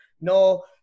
No